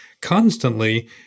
constantly